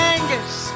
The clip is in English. Angus